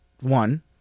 One